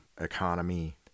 economy